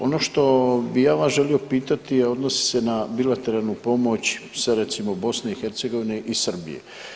Ono što bi ja vas želio pitati a odnosi se na bilateralnu pomoć sa recimo BiH i Srbije.